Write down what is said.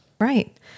right